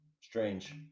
strange